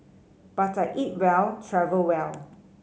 but I eat well travel well